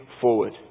forward